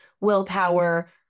willpower